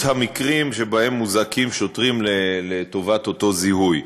המקרים שבהם מוזעקים שוטרים לשם אותו זיהוי.